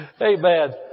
Amen